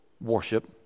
worship